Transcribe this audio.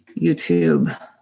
YouTube